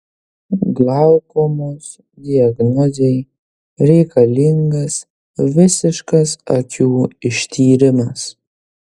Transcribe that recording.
glaukomos diagnozei reikalingas visiškas akių ištyrimas